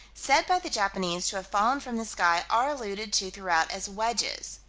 said by the japanese to have fallen from the sky, are alluded to throughout as wedges.